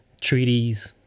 treaties